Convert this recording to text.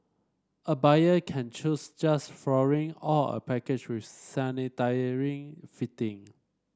a buyer can choose just flooring or a package with sanitary fitting